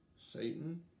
Satan